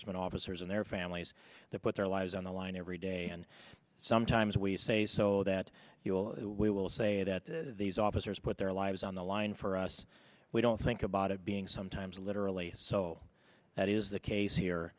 enforcement officers and their families that put their lives on the line every day and sometimes we say so that you will we will say that these officers put their lives on the line for us we don't think about it being sometimes literally so that is the case here